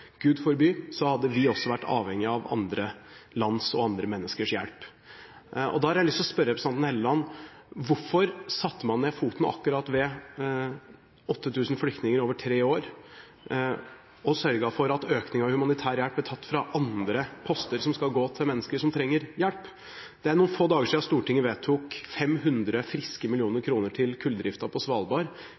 Gud forby – hadde vi også vært avhengige av andre lands og andre menneskers hjelp. Da har jeg lyst til å spørre representanten Helleland: Hvorfor satte man ned foten akkurat ved 8 000 flyktninger over tre år – og sørget for at økningen i humanitær hjelp ble tatt fra andre poster som skal gå til mennesker som trenger hjelp? Det er noen få dager siden Stortinget vedtok 500 friske millioner kroner til kulldrifta på Svalbard.